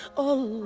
oh